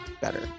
better